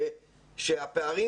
שהפערים,